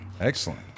Excellent